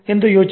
ಎಂದು ಯೋಚಿಸಿ